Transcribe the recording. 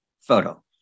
photo